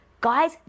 Guys